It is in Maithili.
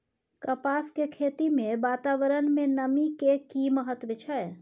कपास के खेती मे वातावरण में नमी के की महत्व छै?